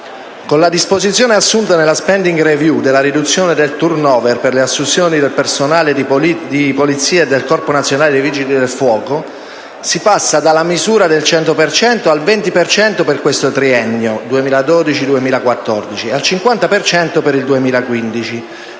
Con la disposizione assunta nella *spending review* della riduzione del *turnover* per le assunzioni del personale di polizia e del Corpo nazionale dei vigili del fuoco, si passa dalla misura del 100 per cento al 20 per cento, nel triennio 2012-2014, e al 50 per cento,